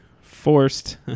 forced